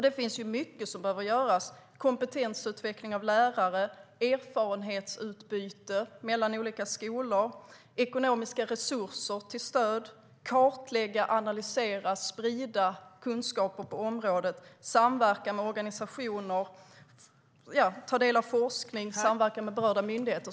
Det finns mycket som man kan och behöver göra: kompetensutveckling av lärare, erfarenhetsutbyte mellan olika skolor, ekonomiska resurser till stöd, kartlägga, analysera och sprida kunskaper på området, samverka med organisationer, ta del av forskning och samverka med berörda myndigheter.